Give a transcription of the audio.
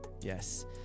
Yes